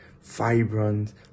vibrant